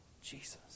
Jesus